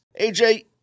AJ